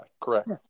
correct